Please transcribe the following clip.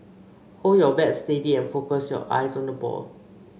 hold your bat steady and focus your eyes on the ball